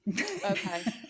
Okay